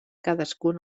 cadascun